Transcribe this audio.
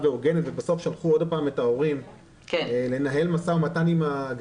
ועל פניו מעונות היו אמורים